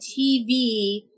TV